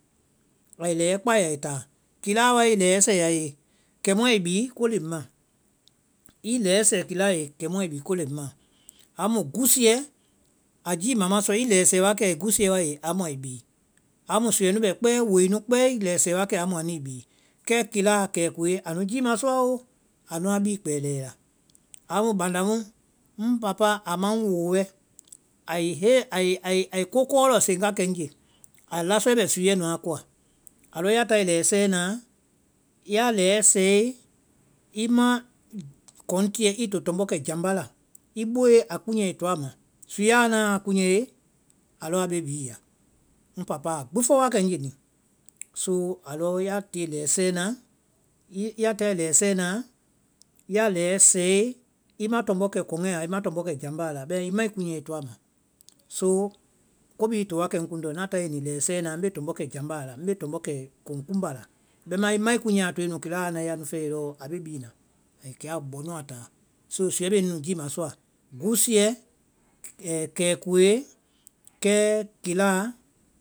Ai lɛɛ kpai ya ai táa, keláa wai i lɛɛ sɛɛ a ye kɛmu ai bii koleŋ mã, i lɛɛ sɛɛ keláa ye kemu ai bii koleŋ mã. amu gúsuɛ a jiima ma sɔ, i lɛɛ sɛɛ wa kɛ gúsuɛ wáe ye amu ai bii. Amu suɛ nu bɛ kpɛ́ɛ, woi nu kpɛ́ɛ i lɛɛ sɛɛ wa kɛ amu anui bii. Kɛ keláa, kɛɛkuoe anu jiimasɔa oo anuã bii kpɛɛ lɛɛ la. Amu banda mu ŋ papa a ma ŋ woo wɛ, ai hee- ai ko kɔɔ lɔ seŋ wa kɛ ŋnye a lasɔe bɛ suɛ nuã koa. A lɔ ya tae lɛɛ sɛɛ naã, ya lɛɛ sɛɛe, i ma kɔŋ tiɛ i to tɔmbɔ kɛ jambá la, i boe a kunyɛɛ i toa ama, suɛ a nae a kunyɛe, a lɔ a bee bii ya. Ŋ papa a gbi fɔ wa kɛ ŋ nye ni. So a lɔ ya tie lɛɛ sɛɛ na, ii- ya tae lɛɛ sɛɛ naã, ya lɛɛ sɛɛe i ma tɔmbɔ kɛ kɔŋɛ la, i ma tɔmbɔ kɛ jambáa la bema i mai kúnyɛɛ i toa a ma. So ko bhii to wa kɛ ŋ kuŋndɔ, na tae ni lɛɛ sɛɛ naã mbe tɔmbɔ kɛ jambáa la mbe tɔmbɔ kɛ kɔŋ kuŋmba la, bɛmaã i mai kunyɛ a toe nu keláa a nae anu fɛe lɔɔ a bee bii na kɛ a bɔnu a táa. so suɛ mɛɛ nunu jiimasɔa, gúsuɛ, kɛɛkuoe. kɛɛ keláa